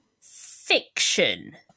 fiction